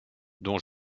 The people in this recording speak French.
dont